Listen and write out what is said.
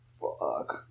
Fuck